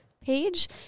page